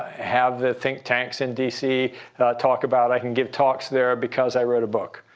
have the think tanks in dc talk about. i can give talks there because i wrote a book.